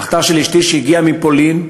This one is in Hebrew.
משפחתה של אשתי, שהגיעה מפולין,